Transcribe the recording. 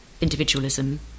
Individualism